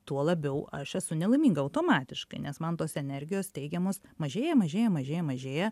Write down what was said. tuo labiau aš esu nelaiminga automatiškai nes man tos energijos teigiamos mažėja mažėja mažėja mažėja